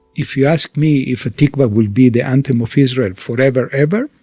if you ask me if hatikva will be the anthem of israel for ever ever,